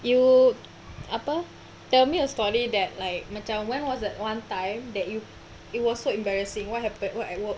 you apa tell me a story that like macam when was that one time that you it was so embarrassing what happened what eh what